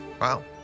Wow